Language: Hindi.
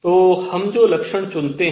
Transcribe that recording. तो हम जो लक्षण चुनते हैं